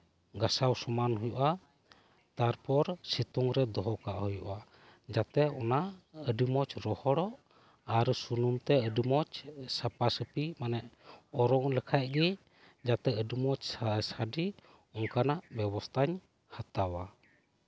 ᱜᱟᱥᱟᱣ ᱥᱚᱢᱟᱱ ᱦᱩᱭᱩᱜᱼᱟ ᱛᱟᱨᱯᱚᱨ ᱥᱤᱛᱩᱝ ᱨᱮ ᱫᱚᱦᱚ ᱠᱟᱜ ᱦᱩᱭᱩᱜᱼᱟ ᱡᱟᱛᱮ ᱚᱱᱟ ᱟᱹᱰᱤ ᱢᱚᱸᱡᱽ ᱨᱚᱦᱚᱲᱚᱜ ᱟᱨ ᱥᱩᱱᱩᱢᱛᱮ ᱟᱹᱰᱤ ᱢᱚᱸᱡᱽ ᱥᱟᱯᱟ ᱥᱟᱯᱷᱤ ᱢᱟᱱᱮ ᱚᱨᱚᱝ ᱞᱮᱠᱷᱟᱱ ᱜᱮ ᱡᱟᱛᱮ ᱟᱹᱰᱤ ᱢᱚᱸᱡᱽ ᱥᱟᱰᱮ ᱚᱱᱠᱟᱱᱟᱜ ᱵᱮᱵᱚᱥᱛᱷᱟᱧ ᱦᱟᱛᱟᱣᱟ